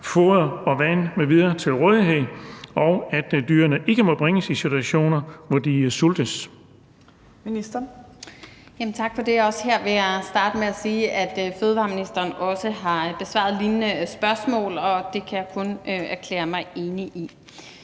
foder og vand m.v. til rådighed, og at dyrene ikke må bringes i situationer, hvor de sultes?